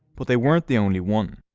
but they weren't the only one.